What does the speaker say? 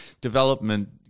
development